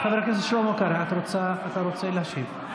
חבר הכנסת שלמה קרעי, אתה רוצה להשיב?